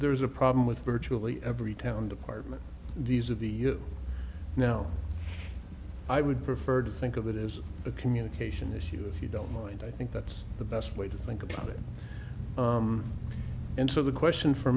there's a problem with virtually every town department these are the now i would prefer to think of it as a communication issue if you don't mind i think that's the best way to think about it and so the question for